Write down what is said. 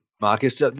Marcus